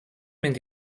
mynd